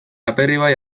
aperribai